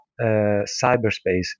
cyberspace